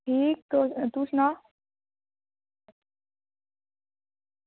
ठीक तू सना